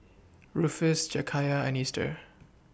Rufus Jakayla and Easter